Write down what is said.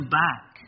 back